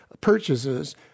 Purchases